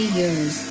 years